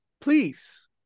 please